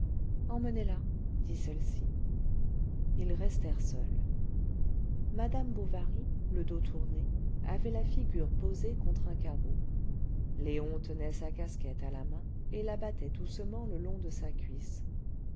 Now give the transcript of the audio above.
emmenez-la dit celle-ci ils restèrent seuls madame bovary le dos tourné avait la figure posée contre un carreau léon tenait sa casquette à la main et la battait doucement le long de sa cuisse